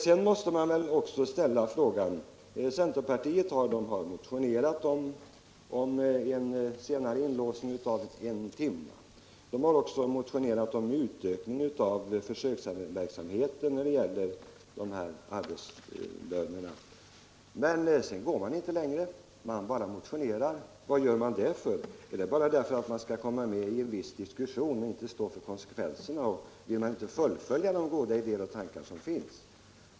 Vidare vill jag ställa några frågor med anledning av att centerpartiet har motionerat om en timmes senare inlåsning. Centerpartiet har också motionerat om utökning av försöksverksamheten när det gäller arbetslönerna. Men sedan går man inte längre — man bara motionerar. Vad gör man det för? Är det bara för att komma med i en viss diskussion? Vill man inte stå för konsekvenserna och vill man inte fullfölja de goda idéer och tankar som finns?